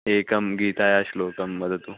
एकं गीताश्लोकं वदतु